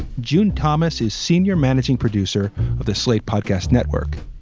june thomas is senior managing producer of the slate podcast network.